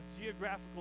geographical